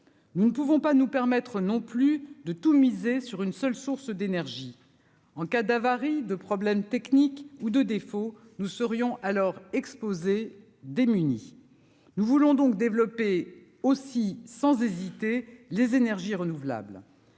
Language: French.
nous ne pouvons pas nous permettre non plus de tout miser sur une seule source d'énergie en cas d'avarie de problèmes techniques ou de défaut, nous serions alors exposé démunis, nous voulons donc développer aussi sans hésiter les énergies renouvelables.